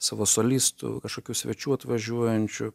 savo solistų kažkokių svečių atvažiuojančių